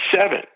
seven